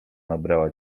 nabrała